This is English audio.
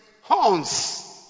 horns